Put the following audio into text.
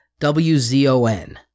WZON